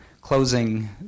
closing